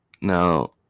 Now